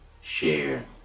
share